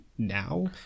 now